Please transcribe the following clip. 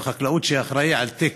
שר החקלאות שאחראי על תיק,